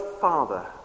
father